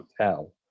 tell